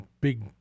big